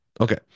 Okay